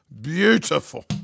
Beautiful